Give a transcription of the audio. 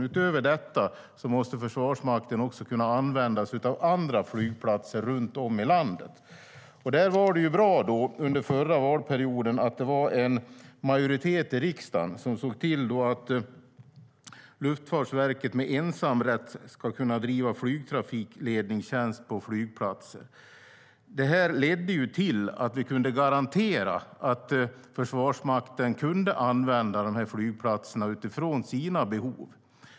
Utöver detta måste Försvarsmakten kunna använda sig av andra flygplatser runt om i landet. Det var då bra att det under den förra mandatperioden var en majoritet i riksdagen som såg till att Luftfartsverket med ensamrätt ska kunna driva flygtrafikledningstjänst på flygplatser. Det ledde till att vi kunde garantera att Försvarsmakten kunde använda de här flygplatserna utifrån sina behov.